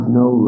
no